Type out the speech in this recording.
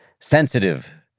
sensitive